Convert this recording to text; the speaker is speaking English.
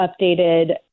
updated